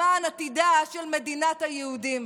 למען עתידה של מדינת היהודים,